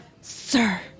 Sir